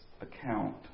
account